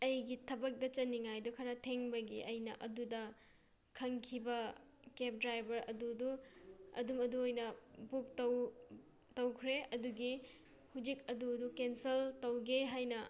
ꯑꯩꯒꯤ ꯊꯕꯛꯇ ꯆꯠꯅꯤꯡꯉꯥꯏꯗꯨ ꯈꯔ ꯊꯦꯡꯕꯒꯤ ꯑꯩꯅ ꯑꯗꯨꯗ ꯈꯟꯈꯤꯕ ꯀꯦꯕ ꯗ꯭ꯔꯥꯏꯕꯔ ꯑꯗꯨꯗꯨ ꯑꯗꯨꯝ ꯑꯗꯨ ꯑꯣꯏꯅ ꯕꯨꯛ ꯇꯧꯈ꯭ꯔꯦ ꯑꯗꯨꯒꯤ ꯍꯧꯖꯤꯛ ꯑꯗꯨꯗꯨ ꯀꯦꯟꯁꯦꯜ ꯇꯧꯒꯦ ꯍꯥꯏꯅ